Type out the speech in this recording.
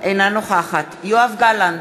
אינה נוכחת יואב גלנט,